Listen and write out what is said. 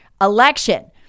election